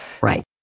Right